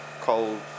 cold